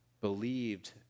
believed